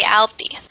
alti